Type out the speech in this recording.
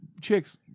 Chicks